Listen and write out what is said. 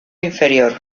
inferior